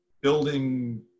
building